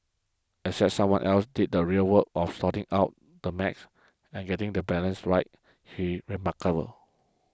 except someone else did the real work of sorting out the math and getting the balance right he remarkable